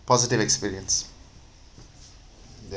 positive experience ya